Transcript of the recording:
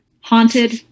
haunted